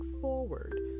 forward